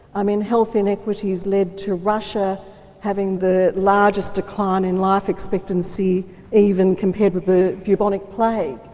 i mean health inequities led to russia having the largest decline in life expectancy even compared with the bubonic plague.